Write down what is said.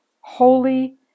holy